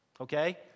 okay